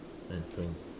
mental